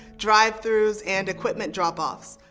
drive throughs and equipment drop-offs.